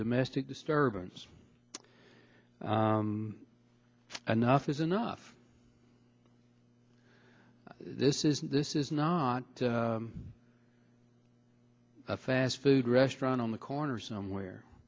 domestic disturbance anough is enough this is this is not a fast food restaurant on the corner somewhere